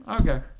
Okay